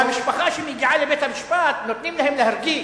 והמשפחה שמגיעה לבית-המשפט, נותנים להם להרגיש,